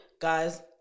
guys